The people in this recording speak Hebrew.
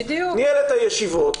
ניהל את הישיבות.